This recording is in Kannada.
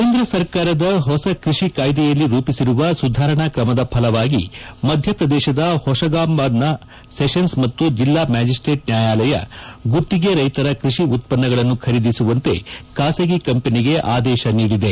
ಕೇಂದ್ರ ಸರ್ಕಾರದ ಹೊಸ ಕೃಷಿ ಕಾಯ್ದೆಯಲ್ಲಿ ರೂಪಿಸಿರುವ ಸುಧಾರಣಾ ಕ್ರಮದ ಫಲವಾಗಿ ಮಧ್ಯಪ್ರದೇಶದ ಹೊಶಂಗಾಬಾದ್ನ ಸೆಷನ್ಸ್ ಮತ್ತು ಜೆಲ್ಲಾ ಮ್ಯಾಜಿಸ್ಟೇಟ್ ನ್ಯಾಯಾಲಯ ಗುತ್ತಿಗೆ ರೈತರ ಕೃಷಿ ಉತ್ಪನ್ನಗಳನ್ನು ಖರೀದಿಸುವಂತೆ ಖಾಸಗಿ ಕಂಪನಿಗೆ ಆದೇಶ ನೀಡಿದೆ